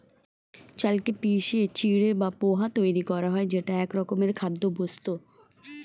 চালকে পিষে চিঁড়ে বা পোহা তৈরি করা হয় যেটা একরকমের খাদ্যবস্তু